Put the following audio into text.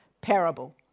parable